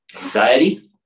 Anxiety